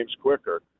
quicker